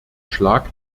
schlag